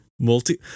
multi